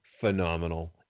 Phenomenal